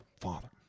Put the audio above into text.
father